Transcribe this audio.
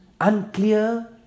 Unclear